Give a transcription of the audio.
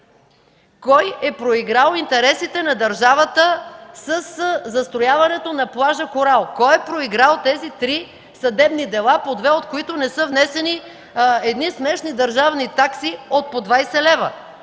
Кой е проиграл интересите на държавата със застрояването на плажа „Корал”? Кой е проиграл тези три съдебни дела, по две от които не са внесени едни смешни държавни такси от по 20 лева?